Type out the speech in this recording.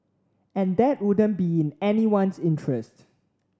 and that wouldn't be in anyone's interest